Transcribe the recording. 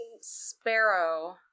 Sparrow